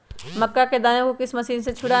मक्का के दानो को किस मशीन से छुड़ाए?